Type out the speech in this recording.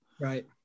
right